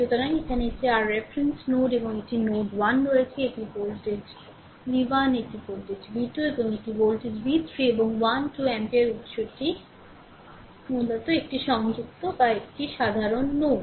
সুতরাং এখানে এটি r রেফারেন্স নোড এবং এটি নোড 1 রয়েছে এটি ভোল্টেজ V 1 এটি ভোল্টেজ V 2 এবং এটি ভোল্টেজ V 3 এবং 1 2 এম্পিয়ার উৎসটি মূলত এটি সংযুক্ত যা এটি একটি সাধারণ নোড